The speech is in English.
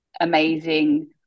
amazing